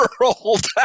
world